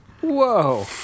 Whoa